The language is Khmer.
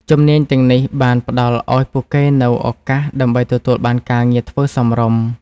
ជំនាញទាំងនេះបានផ្តល់ឱ្យពួកគេនូវឱកាសដើម្បីទទួលបានការងារធ្វើសមរម្យ។